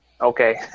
Okay